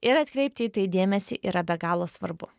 ir atkreipti į tai dėmesį yra be galo svarbu